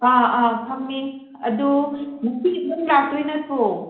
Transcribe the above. ꯑꯥ ꯑꯥ ꯐꯝꯃꯤ ꯑꯗꯨ ꯉꯁꯤ ꯑꯗꯨꯝ ꯂꯥꯛꯇꯣꯏ ꯅꯠꯇ꯭ꯔꯣ